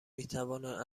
میتوانند